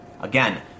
Again